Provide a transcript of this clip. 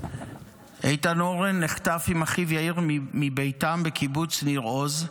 איתן הורן נחטף עם אחיו יאיר מביתו בקיבוץ ניר עוז,